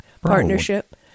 partnership